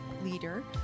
leader